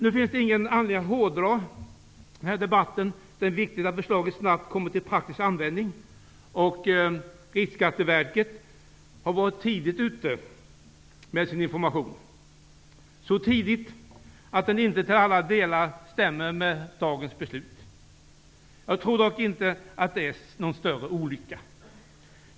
Nu finns det ingen anledning att hårdra denna debatt. Det viktiga är att förslaget snabbt kommer till praktisk användning. Riksskatteverket har varit tidigt ute med information -- så tidigt att den inte till alla delar stämmer med dagens beslut. Jag tror dock inte att det är någon större olycka.